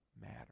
matter